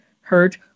Hurt